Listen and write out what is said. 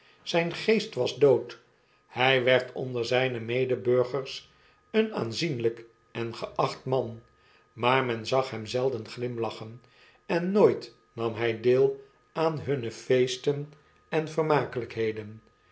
zgn geest was dood hjj werd onder zyne medeburgers een aanzienlyk en geacht man maar men zag hem zelden glimlachen en nooit nam hy deel aan hunne feestenenvermakelijkheden